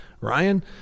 Ryan